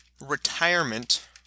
retirement